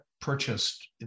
purchased